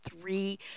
three